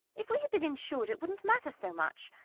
if we had been insured it wouldn't matter so much.